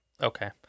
Okay